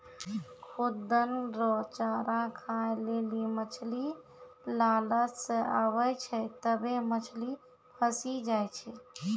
खुद्दन रो चारा खाय लेली मछली लालच से आबै छै तबै मछली फंसी जाय छै